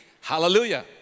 Hallelujah